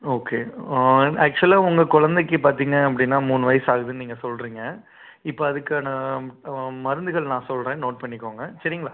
okay ஆக்ஷுவலாக உங்கள் குழந்தைக்கு பார்த்தீங்க அப்படின்னா மூணு வயசு ஆகுதுன்னு நீங்கள் சொல்றீங்க இப்போ அதுக்கான மருந்துகள் நான் சொல்கிறேன் நோட் பண்ணிக்கோங்க சரிங்களா